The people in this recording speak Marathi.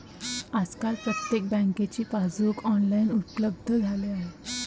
आजकाल प्रत्येक बँकेचे पासबुक ऑनलाइन उपलब्ध झाले आहे